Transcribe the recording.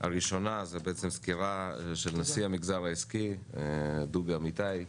הראשון זה בעצם סקירה של נשיא המגזר העסקי דובי אמיתי,